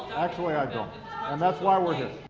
actually i and that's why we're here